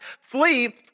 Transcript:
Flee